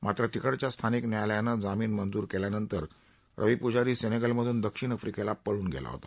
मात्र तिकडच्या स्थानिक न्यायालयानं जामीन मंजूर केल्यानंतर रवी पुजारी सेनेगलमधून दक्षिण आफ्रिकेला पळून गेला होता